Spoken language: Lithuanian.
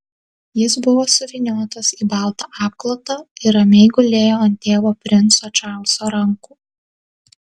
jis buvo suvyniotas į baltą apklotą ir ramiai gulėjo ant tėvo princo čarlzo rankų